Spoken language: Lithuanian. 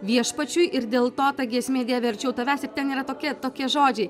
viešpačiui ir dėl to ta giesmė dieve arčiau tavęs ir ten yra tokie tokie žodžiai